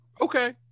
Okay